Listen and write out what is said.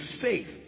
faith